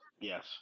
yes